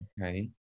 Okay